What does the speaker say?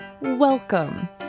welcome